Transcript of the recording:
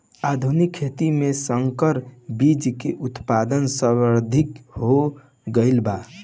आधुनिक खेती में संकर बीज के उत्पादन सर्वाधिक हो गईल बा